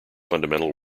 fundamental